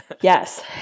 Yes